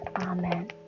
amen